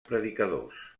predicadors